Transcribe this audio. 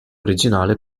originale